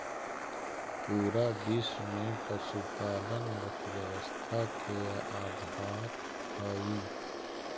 पूरा विश्व में पशुपालन अर्थव्यवस्था के आधार हई